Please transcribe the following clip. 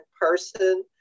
person